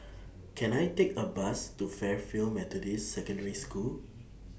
Can I Take A Bus to Fairfield Methodist Secondary School